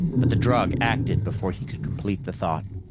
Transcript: but the drug acted before he could complete the thought.